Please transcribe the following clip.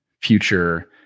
future